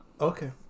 Okay